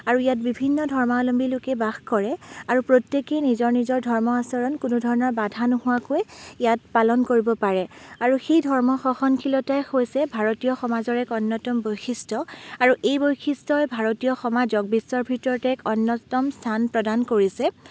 আৰু ইয়াত বিভিন্ন ধৰ্মাৱলম্বী লোকে বাস কৰে আৰু প্ৰত্যেকেই নিজৰ নিজৰ ধৰ্মৰ আচৰণ কোনো ধৰণৰ বাধা নোহোৱাকৈ ইয়াত পালন কৰিব পাৰে আৰু সেই ধৰ্ম সহনশীলতাই হৈছে ভাৰতীয় সমাজৰ এক অন্যতম বৈশিষ্ট্য আৰু এই বৈশিষ্ট্যই ভাৰতীয় সমাজক বিশ্বৰ ভিতৰতে এক অন্যতম স্থান প্ৰদান কৰিছে